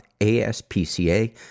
ASPCA